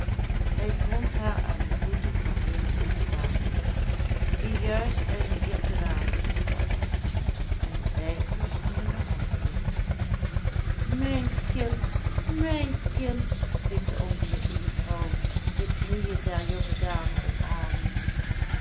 hij vond haar aan de voeten van eene jonge dame die juist uit een hittewagen gestapt was en de leidsels nog in de hand hield mijn kind mijn kind riep de ongelukkige vrouw de knieën der